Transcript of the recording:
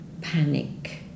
panic